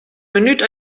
minút